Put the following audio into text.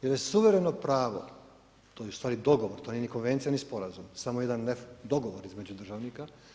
Jer je suvereno pravo, to je ustvari dogovor, to nije ni konvencija ni sporazum, samo jedan dogovor između državnika.